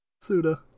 Suda